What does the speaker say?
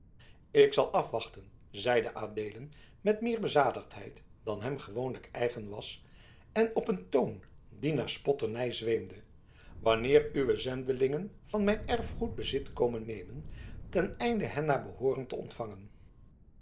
ik zal afwachten zeide adeelen met meer bezadigdheid dan hem gewoonlijk eigen was en op een toon die naar spotternij zweemde wanneer uwe zendelingen van mijn erfgoed bezit komen nemen ten einde hen naar behooren te ontvangen